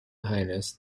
highness